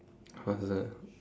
what's the